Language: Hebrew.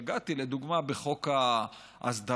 נגעתי לדוגמה בחוק ההסדרה,